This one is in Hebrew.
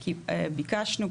ביקשנו,